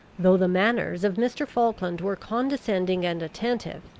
though the manners of mr. falkland were condescending and attentive,